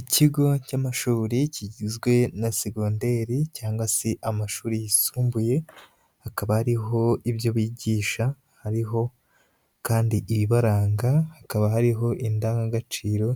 Ikigo cy'amashuri kigizwe na segonderi cyangwa se amashuri yisumbuye, hakaba hariho ibyo bigisha, hariho kandi ibibaranga, hakaba hariho indangagaciro